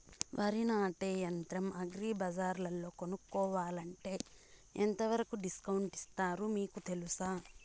వరి నాటే యంత్రం అగ్రి బజార్లో కొనుక్కోవాలంటే ఎంతవరకు డిస్కౌంట్ ఇస్తారు మీకు తెలుసా?